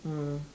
mm